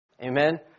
Amen